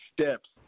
steps